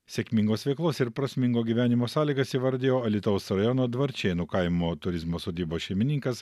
sėkmingos veiklos ir prasmingo gyvenimo sąlygas įvardijo alytaus rajono dvarčėnų kaimo turizmo sodybos šeimininkas